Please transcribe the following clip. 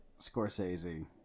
Scorsese